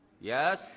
Yes